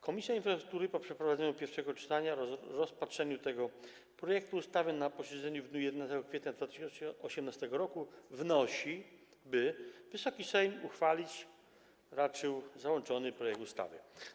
Komisja Infrastruktury po przeprowadzeniu pierwszego czytania, rozpatrzeniu tego projektu ustawy na posiedzeniu w dniu 11 kwietnia 2018 r. wnosi, by Wysoki Sejm uchwalić raczył załączony projekt ustawy.